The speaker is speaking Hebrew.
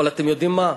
אבל אתם יודעים מה?